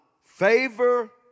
favor